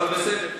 אבל בסדר,